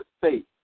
faith